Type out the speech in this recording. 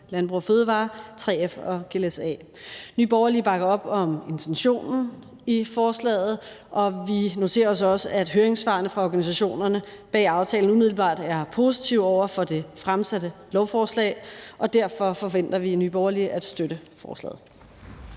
Landbrug & Fødevarer, 3F og GLS-A. Nye Borgerlige bakker op om intentionen i forslaget, og vi noterer os også, at høringssvarene fra organisationerne bag aftalen umiddelbart er positive over for det fremsatte lovforslag. Derfor forventer vi i Nye Borgerlige at støtte forslaget.